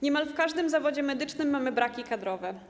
Niemal w każdym zawodzie medycznym mamy braki kadrowe.